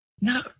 No